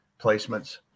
placements